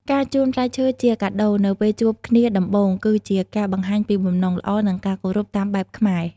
ការជូនផ្លែឈើជាកាដូនៅពេលជួបគ្នាដំបូង គឺជាការបង្ហាញពីបំណងល្អ និងការគោរពតាមបែបខ្មែរ។